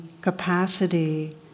capacity